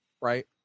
right